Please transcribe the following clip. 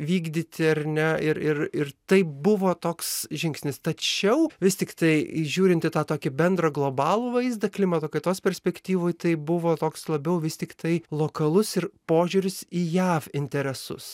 vykdyti ar ne ir ir ir taip buvo toks žingsnis tačiau vis tiktai žiūrint į tą tokį bendrą globalų vaizdą klimato kaitos perspektyvoj tai buvo toks labiau vis tiktai lokalus ir požiūris į jav interesus